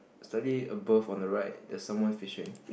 study above on the right there's someone fishing